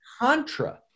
Contra